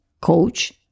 coach